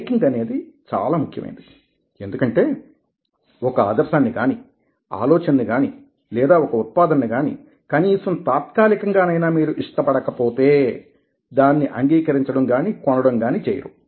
liking అనేది చాలా ముఖ్యమైనది ఎందుకంటే ఒక ఒక ఆదర్శాన్ని గాని ఆలోచనను గాని లేదా ఒక ఉత్పాదనను గాని కనీసం తాత్కాలికంగానైనా మీరు ఇష్టపడకపోతే దానిని అంగీకరించడం గాని కొనడం గాని చేయరు